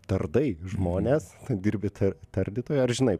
tardai žmones dirbi ta tardytoju ar žinai